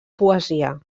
poesia